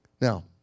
Now